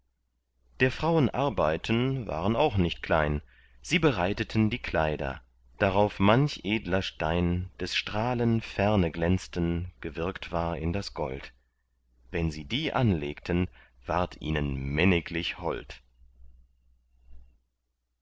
der frauen arbeiten waren auch nicht klein sie bereiteten die kleider darauf manch edler stein des strahlen ferne glänzten gewirkt war in das gold wenn sie die anlegten ward ihnen männiglich hold